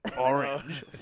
orange